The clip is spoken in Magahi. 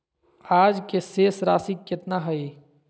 आज के शेष राशि केतना हइ?